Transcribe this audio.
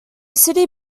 city